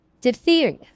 Diphtheria